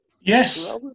yes